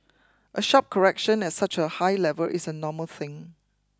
a sharp correction at such a high level is a normal thing